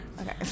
Okay